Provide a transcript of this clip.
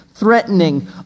threatening